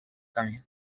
camí